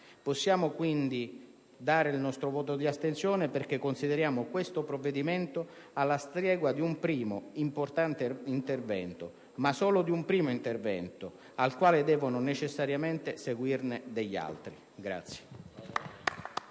Possiamo quindi esprimere un voto di astensione, perché consideriamo questo provvedimento alla stregua di un primo importante intervento, ma solo di un primo intervento, al quale devono necessariamente seguirne altri.*(Applausi